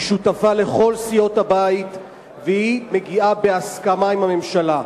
היא שותפה לכל סיעות הבית והיא מגיעה בהסכמה עם הממשלה.